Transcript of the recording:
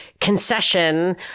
concession